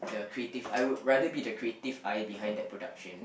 the creative I would rather be the creative eye behind the production